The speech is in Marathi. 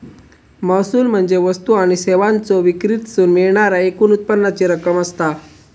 महसूल म्हणजे वस्तू आणि सेवांच्यो विक्रीतसून मिळणाऱ्या एकूण उत्पन्नाची रक्कम असता